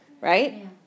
right